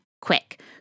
Quick